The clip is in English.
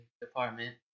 department